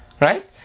right